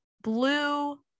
Blue